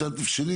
מצד שני,